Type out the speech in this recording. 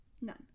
None